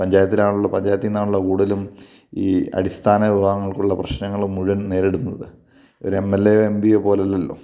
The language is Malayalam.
പഞ്ചായത്തിലാണല്ലോ പഞ്ചായത്തിൽ നിന്നാണല്ലോ കൂടുതലും ഈ അടിസ്ഥാന വിവാദങ്ങൾക്കുള്ള പ്രശ്നങ്ങൾ മുഴുവൻ നേരിടുന്നത് ഒരു എം എൽ എ എം പിയോ പോലെയല്ലല്ലോ